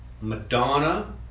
Madonna